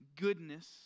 goodness